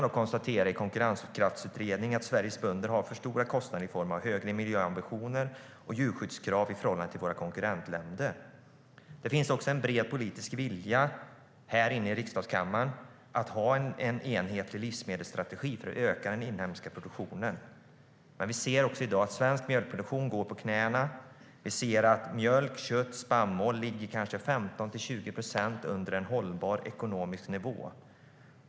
Enligt Konkurrenskraftsutredningen har Sveriges bönder för stora kostnader i form av högre miljöambitioner och djurskyddskrav i förhållande till våra konkurrentländer. Det finns också en bred politisk vilja i riksdagens kammare om en enhetlig livsmedelsstrategi för att öka den inhemska produktionen. Men svensk mjölkproduktion går på knäna. Mjölk, kött, spannmål ligger 15-20 procent under en hållbar ekonomisk nivå.